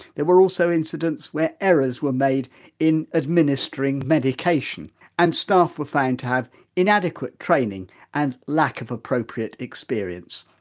there were also incidents' where errors were made in administering medication and staff, were found to have inadequate training and lack of appropriate experience.